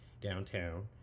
downtown